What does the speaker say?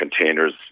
containers